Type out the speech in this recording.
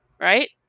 right